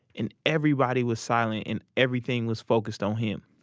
and everybody was silent and everything was focused on him.